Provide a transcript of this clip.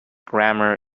grammar